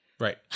Right